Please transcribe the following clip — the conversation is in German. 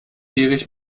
erich